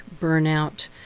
burnout